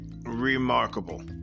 remarkable